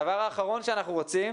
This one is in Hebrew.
הישיבה הראשונה